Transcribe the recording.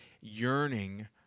yearning